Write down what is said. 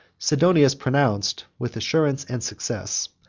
sidonius pronounced, with assurance and success,